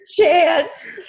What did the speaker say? chance